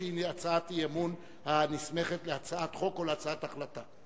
שהיא הצעת אי-אמון הנסמכת להצעת חוק או להצעת החלטה.